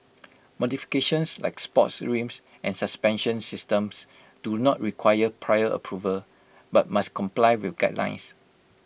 modifications like sports rims and suspension systems do not require prior approval but must comply with guidelines